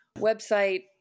website